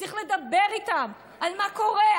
צריך לדבר איתם על מה שקורה,